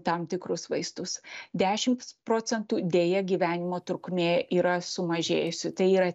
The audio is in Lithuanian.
tam tikrus vaistus dešims procentų deja gyvenimo trukmė yra sumažėjusi tai yra